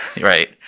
Right